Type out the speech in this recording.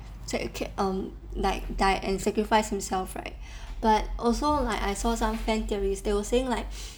so okay um like die and sacrifice himself right but also like I saw some fan theories they were saying like